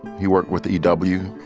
he worked with the and but uw,